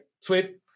sweet